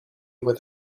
with